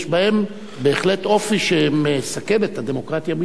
בהחלט אופי שמסכן את הדמוקרטיה בישראל.